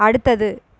அடுத்தது